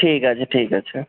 ঠিক আছে ঠিক আছে